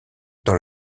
dans